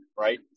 Right